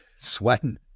sweating